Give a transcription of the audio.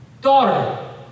daughter